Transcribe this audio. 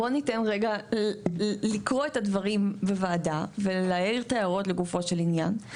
בוא ניתן לקרוא את הדברים בוועדה ולהעיר את הדברים לגופו של עניין.